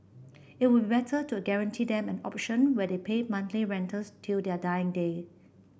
it would better to guarantee them an option where they pay monthly rentals till their dying day